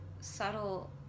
subtle